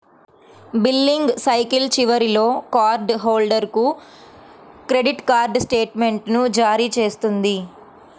billing cycle చివరిలో card హోల్డర్కు credit card స్టేట్మెంట్ను జారీ చేస్తుంది